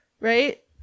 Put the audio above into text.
Right